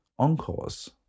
encores